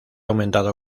aumentado